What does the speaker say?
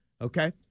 Okay